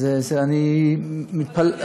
אני מתפלא,